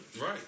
Right